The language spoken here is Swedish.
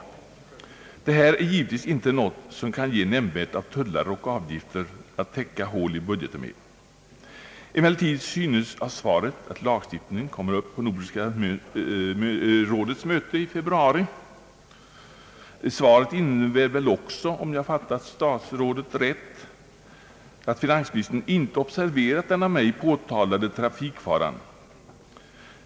Sådana här tullar och avgifter kan givetvis inte ge nämnvärda summor att täcka bål i budgeten med. Emellertid synes av sva ret att lagstiftningen kommer att behandlas vid Nordiska rådets möte i februari. Svaret innebär också, om jag fattat herr statsrådet rätt, att finansministern inte observerat den av mig påtalade trafikfaran.